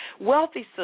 Wealthy